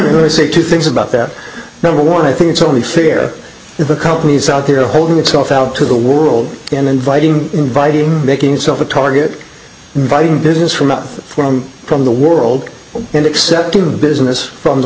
to say two things about that number one i think it's only fair if the companies out there holding itself out to the world and inviting inviting making itself a target inviting business from out from from the world and accepting a business from the